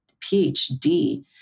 PhD